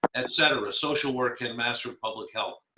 etc. social work and master of public health.